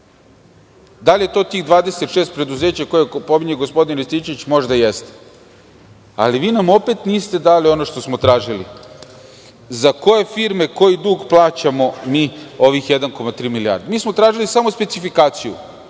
li je to tih 26 preduzeća koje pominje gospodin Rističević? Možda jeste. Ali vi nam opet niste dali ono što smo tražili - za koje firme, za koji dug plaćamo mi ovih 1,3 milijardi? Mi smo tražili samo specifikaciju,